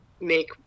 make